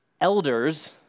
elders